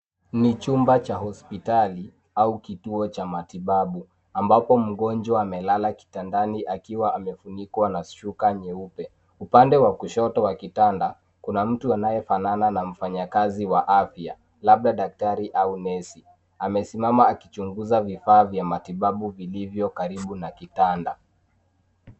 Ni chumba cha hospitali au kituo cha matibabu, ambapo mgonjwa amelala kitandani akiwa amefunikwa na shuka nyeupe. Upande wa kushoto wa kitanda kuna mtu anayefanana na mfanyakazi wa afya, labda daktari au nesi. Amesimama akichunguza vifaa vya matibabu vilivyo karibu na kitanda.